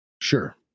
sure